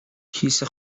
کیسه